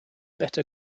better